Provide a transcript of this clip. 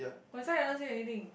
my sign doesn't say anything